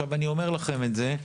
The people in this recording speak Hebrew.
אני אומר לכם את זה,